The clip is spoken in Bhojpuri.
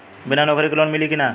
बिना नौकरी के लोन मिली कि ना?